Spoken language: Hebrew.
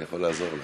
אני יכול לעזור לה,